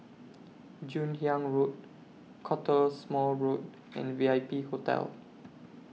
Joon Hiang Road Cottesmore Road and V I P Hotel